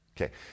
Okay